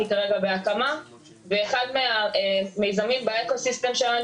ואחד המיזמים באקוסיסטם שלנו,